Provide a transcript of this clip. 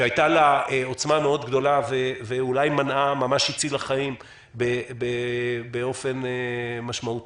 שהייתה לה עוצמה מאוד גדולה ואולי ממש הצילה חיים באופן משמעותי.